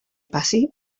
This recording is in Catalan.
passi